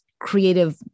creative